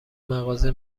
مغازه